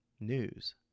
news